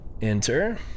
enter